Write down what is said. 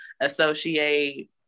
associate